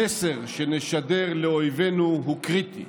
המסר שנשדר לאויבינו הוא קריטי.